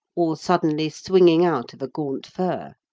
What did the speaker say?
or suddenly swinging out of a gaunt fir.